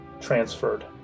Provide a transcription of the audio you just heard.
transferred